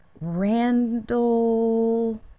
Randall